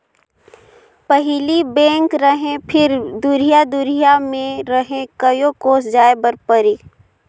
पहिली बेंक रहें फिर दुरिहा दुरिहा मे रहे कयो कोस जाय बर परे